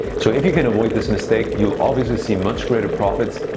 so if you can avoid this mistake, you'll obviously see much greater profits,